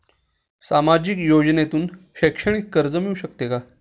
सामाजिक योजनेतून शैक्षणिक कर्ज मिळू शकते का?